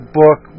book